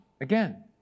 Again